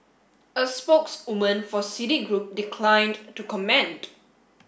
a spokeswoman for Citigroup declined to comment